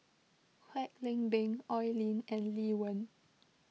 Kwek Leng Beng Oi Lin and Lee Wen